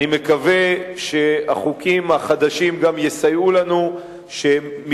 אני מקווה שהחוקים החדשים גם יסייעו לנו להביא לכך